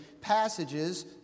Passages